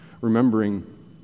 remembering